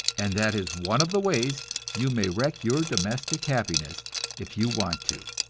and that is one of the ways you may wreck your domestic happiness if you want to.